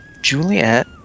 Juliet